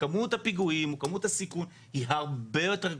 בעצם זה מייצר מערכת מאוד